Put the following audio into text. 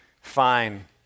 fine